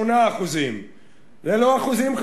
1.8%. זה לא רק אחוזים,